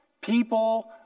People